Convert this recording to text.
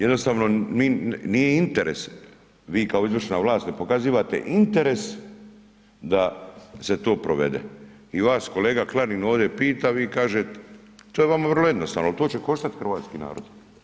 Jednostavno, mi, nije interes, vi kao izvršna vlast ne pokazujete interes da se to provede i vas kolega Klarin ovdje pita, vi kažete, to je vama vrlo jednostavno, to će koštati hrvatski narod.